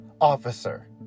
officer